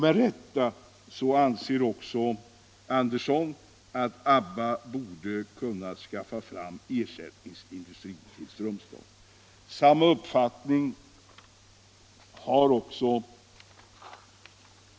Med rätta anser Lilly Andersson att ABBA borde kunna skaffa fram en ersättningsindustri till Strömstad.